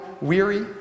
weary